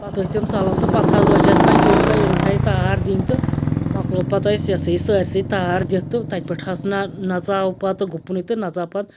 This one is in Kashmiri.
پَتہٕ ٲسۍ تِم ژَلان تہٕ پَتہٕ حظ لٔج اَسہِ وۅنۍ أڑِس ہَن أڑِس ہَن تار دِنۍ تہٕ مۅکلوٚو پَتہٕ اَسہِ یہِ ہَسا یہِ سٲرسٕے تار دِتھ تہٕ تتہِ پٮ۪ٹھ حظ نہَ ژاو پَتہٕ گُپنُے تہٕ نہَ ژاو پَتہٕ